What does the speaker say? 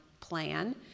plan